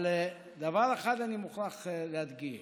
אבל דבר אחד אני מוכרח להדגיש,